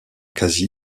quasi